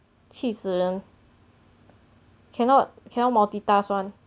气死人 cannot cannot multitask [one]